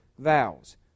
vows